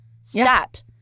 Stat